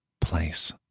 place